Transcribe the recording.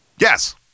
Yes